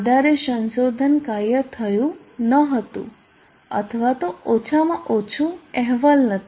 વધારે સંશોધન કાર્ય થયું ન હતું અથવા તો ઓછામાં ઓછું અહેવાલ નથી